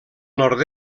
nord